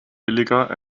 billiger